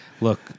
Look